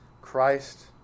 Christ